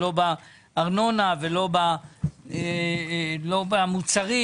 לא בארנונה ולא במוצרים